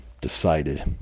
decided